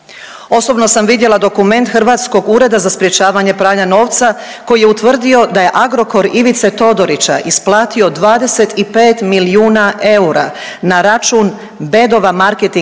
Osobno sam vidjela dokument hrvatskog Ureda za sprječavanje pranja novca koji je utvrdio da je Agrokor Ivice Todorića isplatio 25 milijuna eura na račun Bedova marketing